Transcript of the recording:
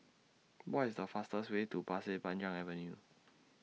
What IS The fastest Way to Pasir Panjang Avenue